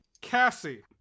Cassie